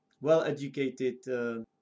well-educated